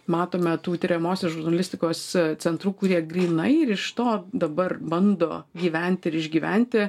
matome tų tiriamosios žurnalistikos centrų kurie grynai ir iš dabar bando gyventi ir išgyventi